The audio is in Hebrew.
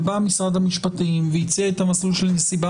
בא משרד המשפטים והציע את המסלול של נסיבה